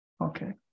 Okay